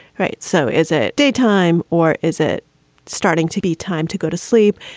right. so is it daytime or is it starting to be time to go to sleep?